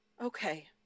Okay